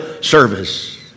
service